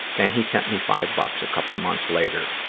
and he sent me five bucks a couple months later,